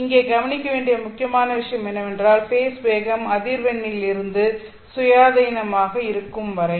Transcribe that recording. இங்கே கவனிக்க வேண்டிய முக்கியமான விஷயம் என்னவென்றால் ஃபேஸ் வேகம் அதிவெண்ணிலிருந்து சுயாதீனமாக இருக்கும் வரை